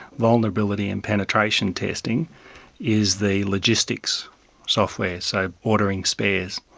vulnerability and penetration testing is the logistics software. so ordering spares.